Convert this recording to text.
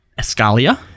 escalia